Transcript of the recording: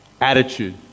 Attitude